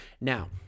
now